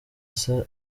aza